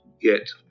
get